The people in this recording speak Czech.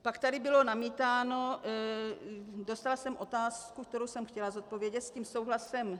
Pak tady bylo namítáno dostala jsem otázku, kterou jsem chtěla zodpovědět, s tím souhlasem...